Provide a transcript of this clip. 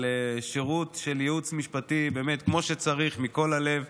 על שירות של ייעוץ משפטי באמת כמו שצריך מכל הלב,